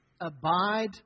Abide